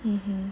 hmm